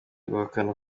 guhakana